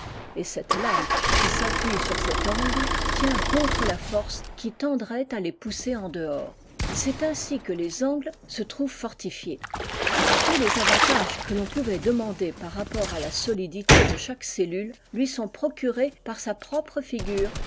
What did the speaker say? et cette lame qui s'appuie sur cet angle tient contre la force qui tendrait à les pousser en dehors c'est ainsi que les angles se trouvent fortifiés tous les avantages que l'on pouvait demander par rapport à la solidité de chaque cellule lui sont procurés par sa propre figure